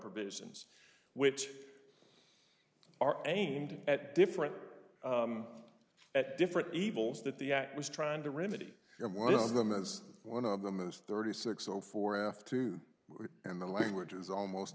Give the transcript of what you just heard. provisions which are aimed at different at different evils that the act was trying to remedy and one of them is one of them is thirty six zero four f two and the language is almost